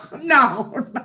No